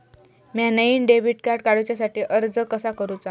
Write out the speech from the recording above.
म्या नईन debit card काडुच्या साठी अर्ज कसा करूचा?